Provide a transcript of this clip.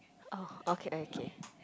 oh okay okay